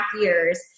years